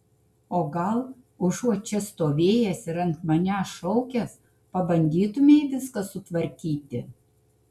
o gal užuot čia stovėjęs ir ant manęs šaukęs pabandytumei viską sutvarkyti